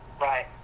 right